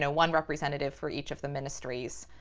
ah one representative for each of the ministries.